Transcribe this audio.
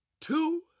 two